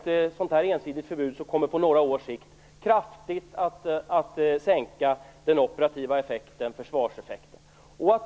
Ett ensidigt förbud kommer på några års sikt att kraftigt sänka den operativa försvarseffekten.